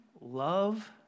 love